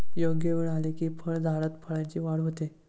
योग्य वेळ आली की फळझाडात फळांची वाढ होते